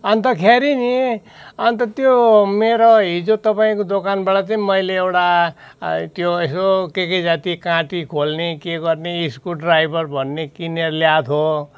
अन्तखेरि नि अन्त त्यो मेरो हिजो तपाईँको दोकानबाट चाहिँ मैले एउटा त्यो यसो के के जाति काँटी खोल्ने के गर्ने स्क्रुड्राइभर भन्ने किनेर ल्याएको थिएँ